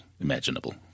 imaginable